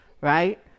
right